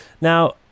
now